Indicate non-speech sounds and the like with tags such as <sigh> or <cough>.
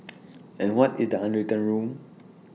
<noise> and what is the unwritten rule